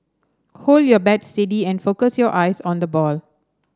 hold your bat steady and focus your eyes on the ball